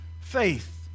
Faith